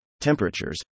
temperatures